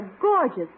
gorgeous